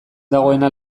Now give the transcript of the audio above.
dagoena